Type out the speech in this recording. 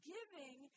Giving